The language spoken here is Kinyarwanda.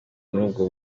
n’ubwo